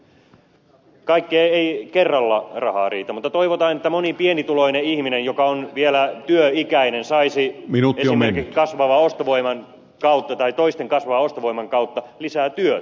kaikkeen ei kerralla rahaa riitä mutta toivotaan että moni pienituloinen ihminen joka on vielä työikäinen saisi esimerkiksi toisten kasvavan ostovoiman kautta lisää työtä